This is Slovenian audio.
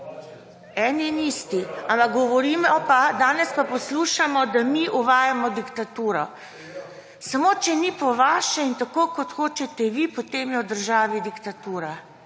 Eni in isti. Ampak govorimo pa, danes pa poslušamo, da mi uvajamo diktaturo. Samo, če ni po vaše in tako, kot hočete vi, potem je v državi diktatura